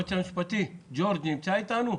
היועץ המשפטי ג'ורג', נמצא איתנו?